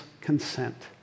consent